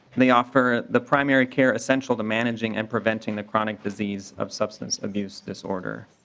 they offer the primary care essential to managing and preventing the chronic disease of substance abuse disorder.